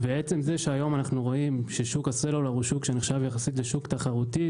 עצם זה שהיום אנחנו רואים ששוק הסלולר נחשב יחסית לשוק תחרותי,